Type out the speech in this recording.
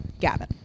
Gavin